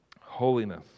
Holiness